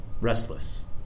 restless